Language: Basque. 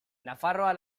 nafarroa